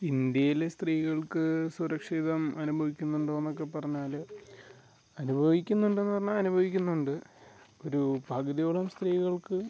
ഇന്ത്യയിലെ സ്ത്രീകൾക്ക് സുരക്ഷിതം അനുഭവിക്കുന്നുണ്ടോ എന്നൊക്ക പറഞ്ഞാൽ അനുഭവിക്കുന്നുണ്ടോ എന്നു പറഞ്ഞാൽ അനുഭവിക്കുന്നുണ്ട് ഒരു പകുതിയോളം സ്ത്രീകൾക്ക്